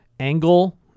angle